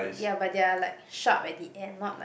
ya but they're like sharp at the end not like